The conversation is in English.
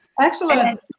Excellent